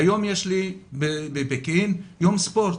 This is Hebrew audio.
היום יש בפקיעין יום ספורט.